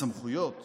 הסמכויות